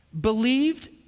believed